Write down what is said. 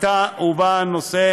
עתה הובא הנושא